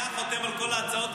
יו"ר הסיעה חותם על כל ההצעות,